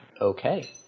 okay